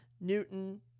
Newton